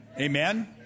Amen